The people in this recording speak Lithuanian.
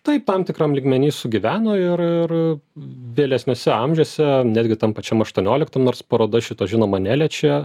taip tam tikram lygmeny sugyveno ir ir vėlesniuose amžiuose netgi tam pačiam aštuonioliktam nors paroda šito žinoma neliečia